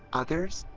others,